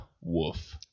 woof